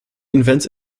invents